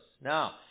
Now